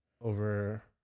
over